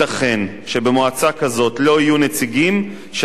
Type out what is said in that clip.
כזאת לא יהיו נציגים של השר להגנת הסביבה,